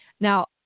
Now